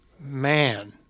man